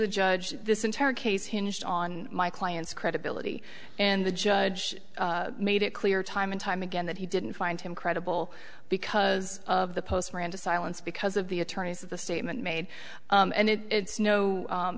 a judge this entire case hinged on my client's credibility and the judge made it clear time and time again that he didn't find him credible because of the post miranda silence because of the attorney's of the statement made and it's no